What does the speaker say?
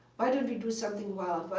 why don't we do something wild?